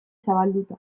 zabalduta